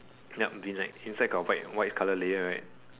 yup V neck inside got white white colour layer right